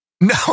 No